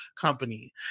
company